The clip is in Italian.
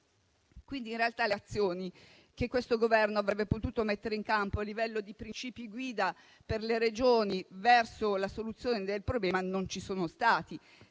in realtà le azioni che questo Governo avrebbe potuto mettere in campo a livello di principi guida per le Regioni verso la soluzione del problema non ci sono state;